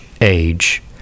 age